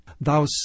Thou